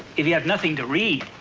if you have nothing to read,